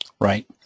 Right